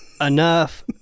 enough